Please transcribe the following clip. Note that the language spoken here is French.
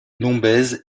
lombez